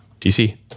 DC